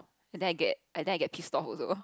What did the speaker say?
and then I get and then I get kiss talk also